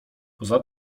poza